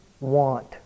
want